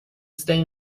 stay